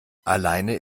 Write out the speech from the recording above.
alleine